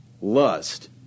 lust